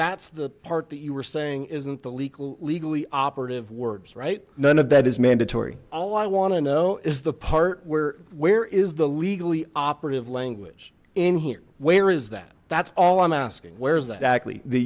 that's the part that you were saying isn't the legal legally operative words right none of that is mandatory all i want to know is the part where where is the legally operative language in here where is that that's all i'm asking where is that exactly the